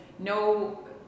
No